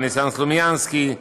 ניסן סלומינסקי,